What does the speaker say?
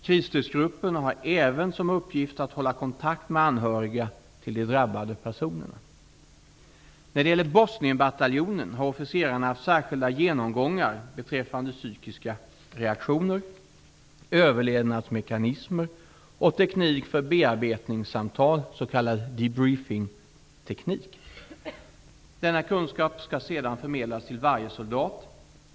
Krisstödsgrupperna har även som uppgift att hålla kontakt med anhöriga till de drabbade personerna. När det gäller Bosnienbataljonen har officerarna haft särskilda genomgångar beträffande psykiska reaktioner, överlevnadsmekanismer och teknik för bearbetningssamtal -- s.k. debriefingteknik. Denna kunskap skall sedan förmedlas till varje soldat.